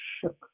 shook